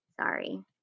Sorry